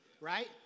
right